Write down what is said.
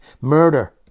murder